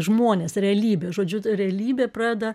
žmonės realybė žodžiu ta realybė pradeda